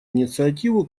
инициативу